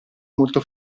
molto